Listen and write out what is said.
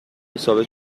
ثابت